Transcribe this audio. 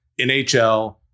NHL